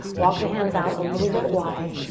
walk the hands out a little bit wide.